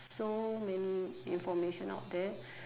so many information out there